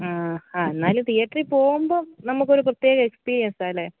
ആ ഹാ എന്നാലും തിയേറ്ററിൽ പോകുമ്പോൾ നമുക്കൊരു പ്രത്യേക എക്സ്പീരിയൻസ് ആണല്ലേ